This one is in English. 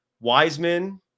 Wiseman